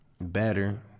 better